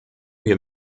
wir